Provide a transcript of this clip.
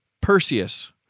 Perseus